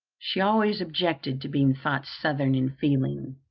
she always objected to being thought southern in feeling.